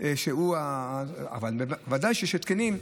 אבל ודאי שיש התקנים.